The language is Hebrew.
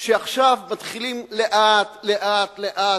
שעכשיו מתחילים לאט לאט לאט,